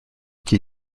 key